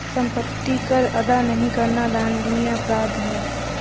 सम्पत्ति कर अदा नहीं करना दण्डनीय अपराध है